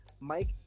Mike